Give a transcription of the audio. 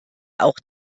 auch